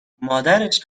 مادرش